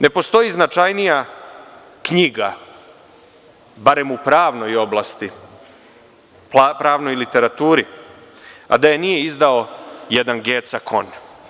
Ne postoji značajnija knjiga, barem u pravnoj oblasti, pravnoj literaturi, a da je nije izdao jedan Geca Kon.